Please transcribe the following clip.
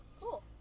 Cool